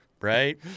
Right